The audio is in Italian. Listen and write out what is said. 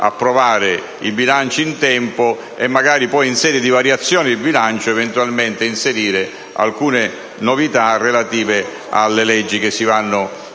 approvare i bilanci in tempo e magari poi, in sede di variazione degli stessi, eventualmente inserire alcune novità relative alle leggi che si vanno proponendo